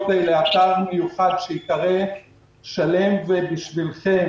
האלה אתר מיוחד שייקרא "שלם ובשבילכם",